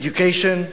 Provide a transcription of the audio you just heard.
Education,